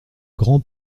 grand